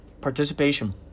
participation